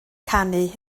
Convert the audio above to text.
canu